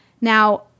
Now